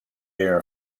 air